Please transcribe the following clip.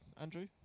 andrew